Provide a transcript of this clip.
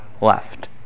left